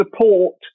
support